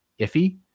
iffy